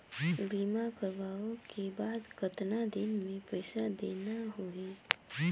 बीमा करवाओ के बाद कतना दिन मे पइसा देना हो ही?